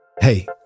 Hey